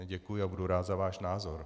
Děkuji a budu rád za váš názor.